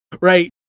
right